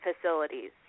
facilities